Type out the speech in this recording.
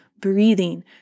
breathing